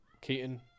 Keaton